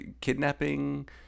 kidnapping